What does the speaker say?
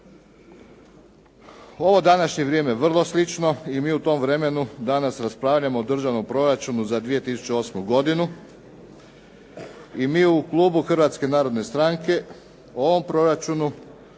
Ovo današnje vrijeme je vrlo slično i mi u tom vremenu danas raspravljalo o Državnom proračunu za 2008. godinu i mi u klubu Hrvatske narodne stranke o ovom proračunu